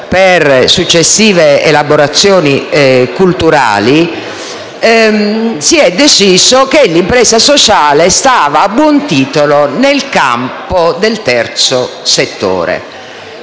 per successive elaborazioni culturali - si è deciso che l'impresa sociale andasse a buon titolo considerata nel campo del terzo settore.